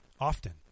often